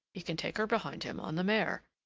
he can take her behind him on the mare,